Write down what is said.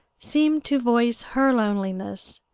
seemed to voice her loneliness,